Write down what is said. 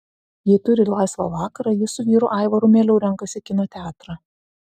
jei turi laisvą vakarą ji su vyru aivaru mieliau renkasi kino teatrą